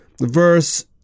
verse